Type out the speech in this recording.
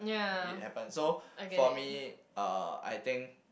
it happened so for me uh I think